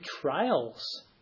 trials